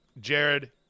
Jared